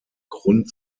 grund